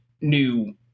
new